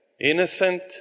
innocent